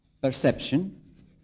perception